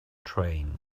train